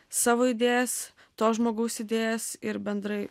savo idėjas to žmogaus idėjas ir bendrai